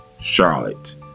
Charlotte